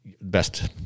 best